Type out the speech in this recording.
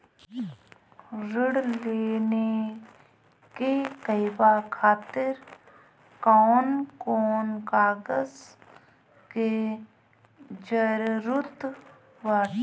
ऋण लेने के कहवा खातिर कौन कोन कागज के जररूत बाटे?